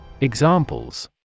Examples